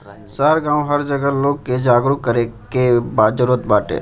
शहर गांव हर जगह लोग के जागरूक करे के जरुरत बाटे